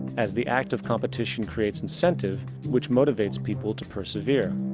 as the act of competition creates incentive, which motivates people to persevere.